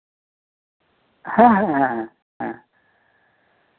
ᱦᱮᱸ ᱦᱮᱸ ᱦᱮᱸ ᱦᱮᱸ